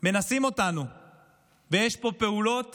יש פעולות